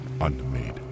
unmade